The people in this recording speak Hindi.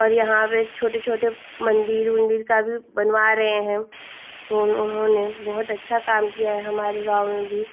और यहाँ पर छोटे छोटे मन्दिर उन्दिर का भी बनवा रहे हैं वह उन्होंने बहुत अच्छा काम किया है हमारे गाँव में भी